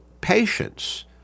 patience